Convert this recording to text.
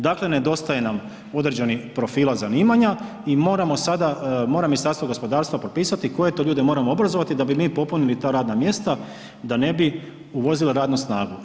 Dakle, nedostaje nam određenih profila zanimanja i moramo sada, mora Ministarstvo gospodarstva propisati koje to ljude moramo obrazovati da bi mi popunili ta radna mjesta da ne bi uvozili radnu snagu.